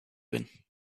bin